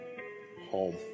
home